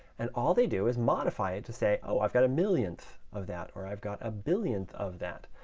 and all they do is modify it to say, oh, i've got a millionth of that, or i've got a billionth of that.